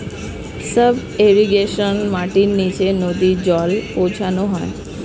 sub irrigation মাটির নিচে নদী জল পৌঁছানো হয়